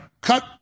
cut